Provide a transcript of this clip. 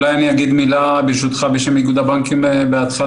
אולי אני אגיד מילה ברשותך בשם איגוד הבנקים בהתחלה?